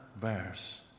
verse